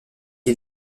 est